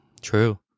True